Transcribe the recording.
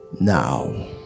Now